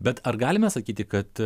bet ar galime sakyti kad